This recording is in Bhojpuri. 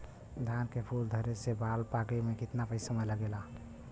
धान के फूल धरे से बाल पाके में कितना समय लागेला?